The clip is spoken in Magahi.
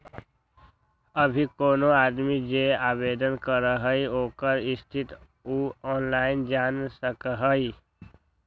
अभी कोनो आदमी जे आवेदन करलई ह ओकर स्थिति उ ऑनलाइन जान सकलई ह